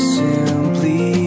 simply